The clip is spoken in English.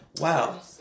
wow